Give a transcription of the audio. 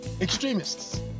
extremists